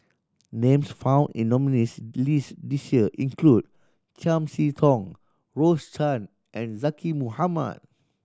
names found in nominees' list this year include Chiam See Tong Rose Chan and Zaqy Mohamad